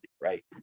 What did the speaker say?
right